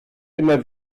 immer